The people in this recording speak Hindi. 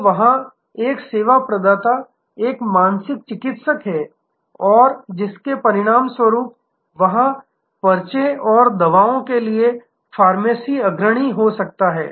तो वहाँ एक सेवा प्रदाता एक मानसिक चिकित्सक है और जिसके परिणामस्वरूप वहाँ पर्चे और दवाओं के लिए फार्मेसी अग्रणी हो सकता है